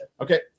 Okay